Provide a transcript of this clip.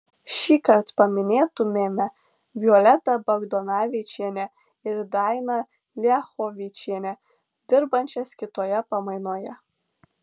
šįkart paminėtumėme violetą bagdonavičienę ir dainą liachovičienę dirbančias kitoje pamainoje